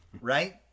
right